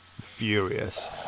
furious